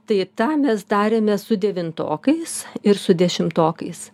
tai tą mes darėme su devintokais ir su dešimtokais